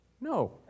No